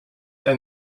and